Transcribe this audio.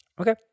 Okay